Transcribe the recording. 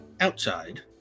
outside